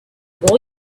boy